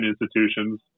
institutions